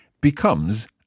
becomes